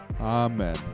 Amen